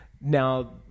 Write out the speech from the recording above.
Now